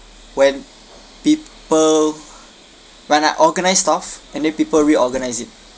when people when I organise stuff and then people reorganise it